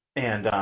and